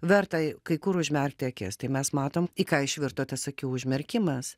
verta kai kur užmerkti akis tai mes matom į ką išvirto tas akių užmerkimas